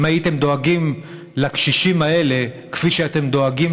אם הייתם דואגים לקשישים האלה כפי שאתם דואגים